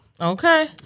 Okay